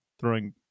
Throwing